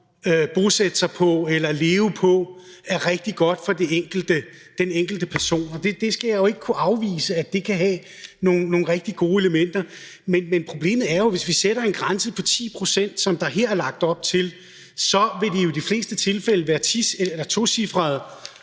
bosætte sig på eller leve på er rigtig god. Og jeg skal jo ikke kunne afvise, at det kan have nogle rigtig gode elementer i sig. Men problemet er jo, at hvis vi sætter en grænse på 10 pct., som der her er lagt op til, så vil det jo i de fleste tilfælde være et tocifret